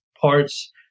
parts